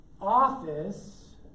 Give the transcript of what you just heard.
office